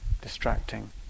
distracting